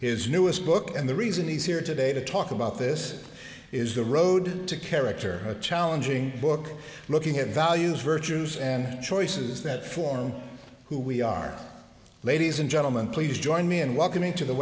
his newest book and the reason he's here today to talk about this is the road to character a challenging book looking at values virtues and choices that form who we are ladies and gentlemen please join me in welcoming to the